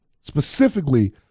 specifically